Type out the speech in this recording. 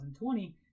2020